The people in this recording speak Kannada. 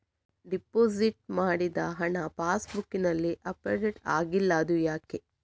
ಡೆಪೋಸಿಟ್ ಮಾಡಿದ ಹಣ ಪಾಸ್ ಬುಕ್ನಲ್ಲಿ ಅಪ್ಡೇಟ್ ಆಗಿಲ್ಲ ಅದು ಯಾಕೆ?